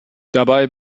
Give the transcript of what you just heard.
dabei